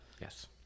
Yes